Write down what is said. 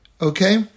Okay